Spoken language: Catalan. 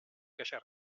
queixar